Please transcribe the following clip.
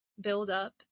build-up